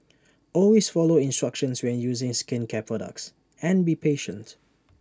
always follow instructions when using skincare products and be patient